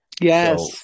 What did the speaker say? Yes